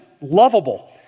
lovable